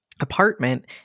apartment